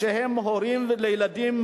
שהם הורים לילדים,